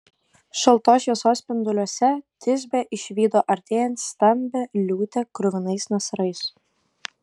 šaltos šviesos spinduliuose tisbė išvydo artėjant stambią liūtę kruvinais nasrais